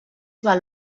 val